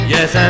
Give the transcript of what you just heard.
Yes